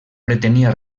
pretenia